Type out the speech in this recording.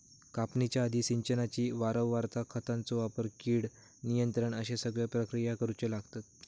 कापणीच्या आधी, सिंचनाची वारंवारता, खतांचो वापर, कीड नियंत्रण अश्ये सगळे प्रक्रिया करुचे लागतत